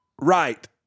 right